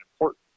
important